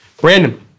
Brandon